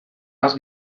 has